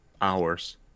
hours